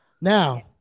Now